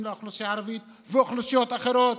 לאוכלוסייה הערבית ולאוכלוסיות אחרות: